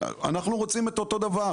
אנחנו רוצים את אותו דבר.